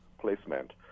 placement